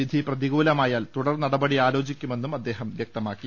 വിധി പ്രതികൂലമാ യാൽ തുടർ നടപടിയാലോചിക്കുമെന്നും അദ്ദേഹം വ്യക്തമാ ക്കി